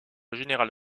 général